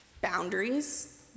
boundaries